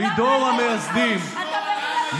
לא עושים את זה.